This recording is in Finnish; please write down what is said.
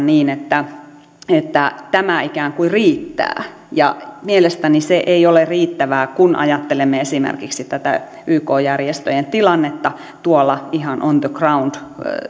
niin että että tämä ikään kuin riittää mielestäni se ei ole riittävää kun ajattelemme esimerkiksi tätä yk järjestöjen tilannetta tuolla ihan on the ground